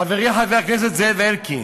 חברי חבר הכנסת זאב אלקין,